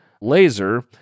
laser